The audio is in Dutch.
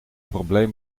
probleem